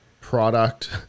product